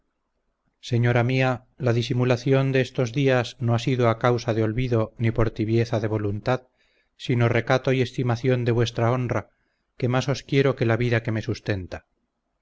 señora mía la disimulación de estos días no ha sido a causa de olvido ni por tibieza de voluntad sino recato y estimación de vuestra honra que más os quiero que la vida que me sustenta